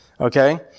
okay